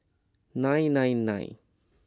nine nine nine